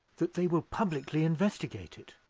that they will publicly investigate it.